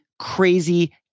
crazy